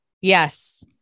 Yes